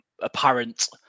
apparent